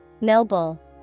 Noble